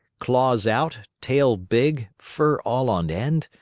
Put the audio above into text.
claws out, tail big, fur all on end,